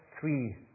three